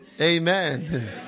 Amen